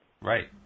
Right